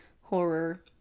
horror